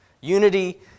Unity